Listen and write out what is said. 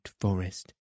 Forest